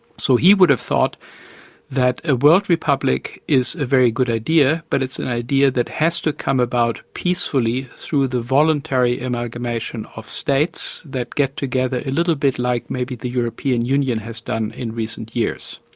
so he would've thought that a world republic is a very good idea, but it's an idea that has to come about peacefully through the voluntary amalgamation of states that get together, a little bit like maybe the european union has done in recent years.